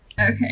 Okay